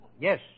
Yes